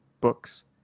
books